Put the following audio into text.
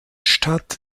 stadt